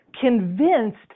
convinced